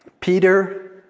Peter